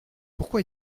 pourquoi